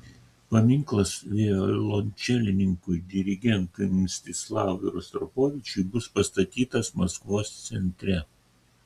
paminklas violončelininkui dirigentui mstislavui rostropovičiui bus pastatytas maskvos centre